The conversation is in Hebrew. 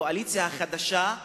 הקואליציה החדשה,